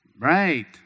Right